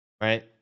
right